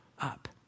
up